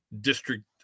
district